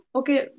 okay